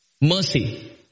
Mercy